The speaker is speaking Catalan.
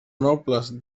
nobles